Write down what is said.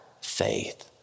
faith